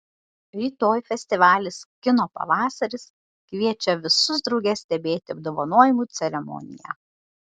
rytoj festivalis kino pavasaris kviečia visus drauge stebėti apdovanojimų ceremoniją